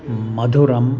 मधुरम्